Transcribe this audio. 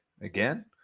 again